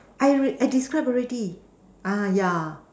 I re~ I describe already ah yeah